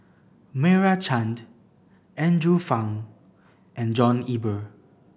Meira Chand Andrew Phang and John Eber